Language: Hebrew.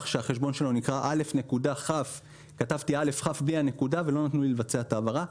שהחשבון שלו נקרא א.כ וכתבתי אכ בלי הנקודה ולא נתנו לי לבצע את ההעברה.